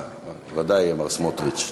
ודאי, מר סמוטריץ.